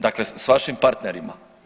Dakle, sa vašim partnerima.